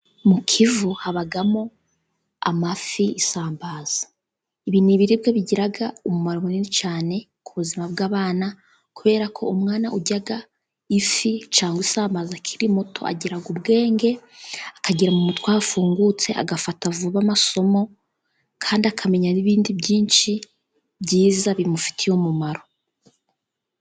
Mu kivu habamo amafi, isambaza, ibi ni ibiribwa bigira umumaro mwinshi cyane ku buzima bw'abana, kubera ko umwana urya ifi cyangwa isambaza akiri muto agira ubwenge, akagira mu mutwe hafungutse, agafata vuba amasomo, kandi akamenya n'ibindi byinshi byiza bimufitiye umumaro.